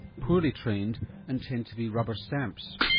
poorly trained and tend to be rubber stamps.